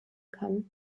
kann